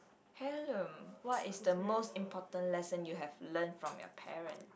hmm what is the most important lesson you have learn from your parent